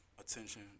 attention